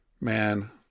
man